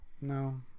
No